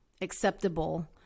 acceptable